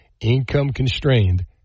income-constrained